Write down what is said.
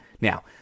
Now